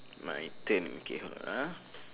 my turn okay hold on ah